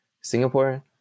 Singapore